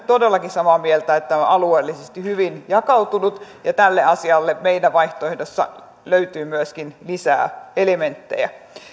todellakin samaa mieltä että tämä on alueellisesti hyvin jakautunut ja tälle asialle meidän vaihtoehdossa löytyy myöskin lisää elementtejä